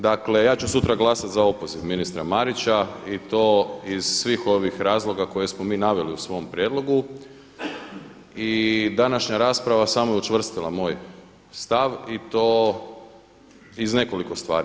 Dakle, ja ću sutra glasat za opoziv ministra Marića i to iz svih ovih razloga koje smo mi naveli u svom prijedlogu i današnja rasprava samo je učvrstila moj stav i to iz nekoliko stvari.